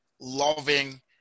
loving